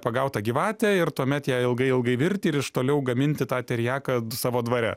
pagautą gyvatę ir tuomet ją ilgai ilgai virti ir iš toliau gaminti tą teriaką nu savo dvare